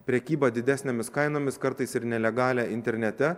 prekybą didesnėmis kainomis kartais ir nelegalią internete